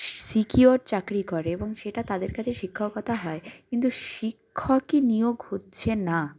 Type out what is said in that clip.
secure চাকরি করে এবং সেটা তাদের কাছে শিক্ষকতা হয় কিন্তু শিক্ষকই নিয়োগ হচ্ছে না